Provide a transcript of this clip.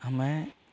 हमें